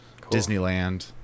disneyland